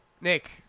Nick